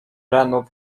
renu